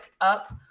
up